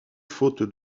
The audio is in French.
faute